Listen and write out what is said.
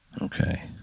Okay